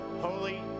holy